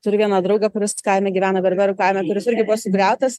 turiu vieną draugą kuris kaime gyvena berberų kaime kuris irgi buvo sugriautas